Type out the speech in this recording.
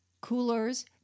Coolers